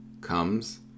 comes